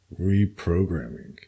reprogramming